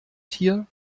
tier